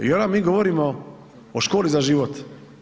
I onda mi govorimo o Školi za život.